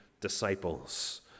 disciples